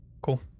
Cool